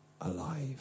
alive